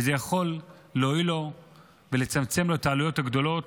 וזה יכול להועיל לו ולצמצם את העלויות הגדולות.